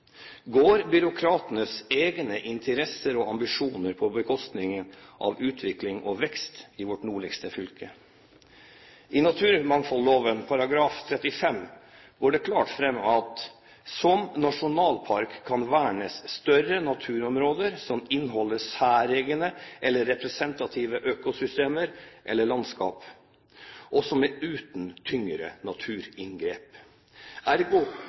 Går byråkratenes egne interesser og ambisjoner på bekostning av utvikling og vekst i vårt nordligste fylke? I naturmangfoldloven § 35 går følgende klart fram: «Som nasjonalpark kan vernes større naturområder som inneholder særegne eller representative økosystemer eller landskap og som er uten tyngre naturinngrep.»